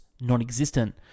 non-existent